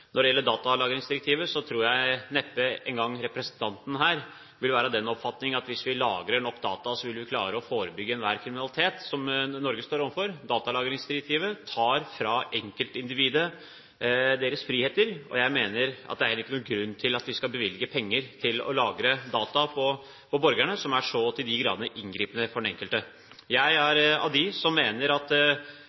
Når det gjelder datalagringsdirektivet, tror jeg neppe engang representanten her er av den oppfatning at hvis vi lagrer nok data, vil vi klare å forebygge enhver kriminalitet som Norge står overfor. Datalagringsdirektivet tar fra enkeltindividet friheter. Jeg mener det ikke er noen grunn til at vi skal bevilge penger til å lagre data om borgerne som er så til de grader inngripende for den enkelte. Jeg er av dem som mener at